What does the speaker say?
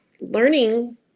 learning